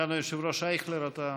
סגן היושב-ראש אייכלר, אתה מוזמן.